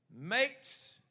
makes